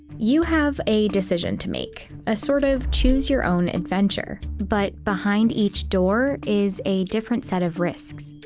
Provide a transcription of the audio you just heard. you have a decision to make. a sort of choose your own adventure. but behind each door is a different set of risks.